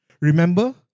Remember